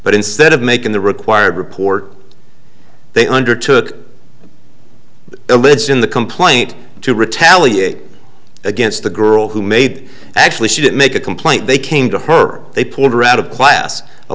but instead of making the required report they undertook the words in the complaint to retaliate against the girl who made actually she didn't make a complaint they came to her they pulled her out of class a